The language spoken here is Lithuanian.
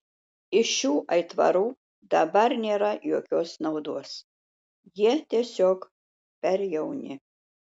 iš šių aitvarų dabar nėra jokios naudos jie tiesiog per jauni